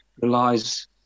relies